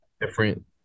different